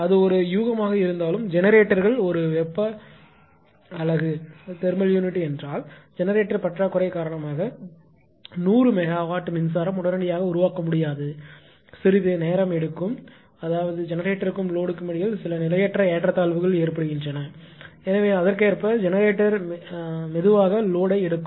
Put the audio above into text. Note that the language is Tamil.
அது ஒரு யூகமாக இருந்தாலும் ஜெனரேட்டர்கள் ஒரு வெப்ப அலகு என்றால் ஜெனரேட்டர் பற்றாக்குறை காரணமாக 100 மெகாவாட் மின்சாரம் உடனடியாக உருவாக்க முடியாது சிறிது நேரம் எடுக்கும் அதாவது ஜெனரேட்டர்க்கும் லோடுக்கும் இடையில் சில நிலையற்ற ஏற்றத்தாழ்வுகள் ஏற்படுகின்றன எனவே அதற்கேற்ப ஜெனரேட்டர் மெதுவாக லோடை எடுக்கும்